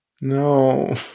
No